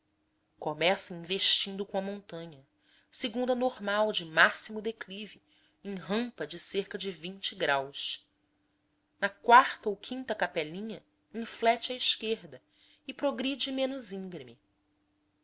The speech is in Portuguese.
começa investindo com a montanha segundo a normal de máximo declive em rampa de cerca de vinte graus na quarta ou quinta capelinha inflete à esquerda e progride menos íngreme